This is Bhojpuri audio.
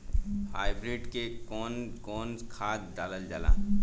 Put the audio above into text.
हाईब्रिड में कउन कउन खाद डालल जाला?